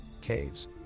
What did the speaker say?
caves